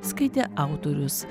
skaitė autorius